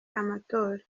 amatora